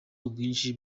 ubwinshi